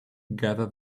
gather